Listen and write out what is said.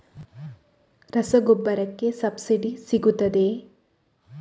ರಸಗೊಬ್ಬರಕ್ಕೆ ಸಬ್ಸಿಡಿ ಸಿಗುತ್ತದೆಯೇ?